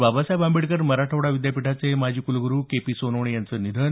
बाबासाहेब आंबेडकर मराठवाडा विद्यापीठाचे माजी कुलगुरू के पी सोनवणे यांचं निधन